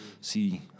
see